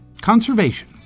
conservation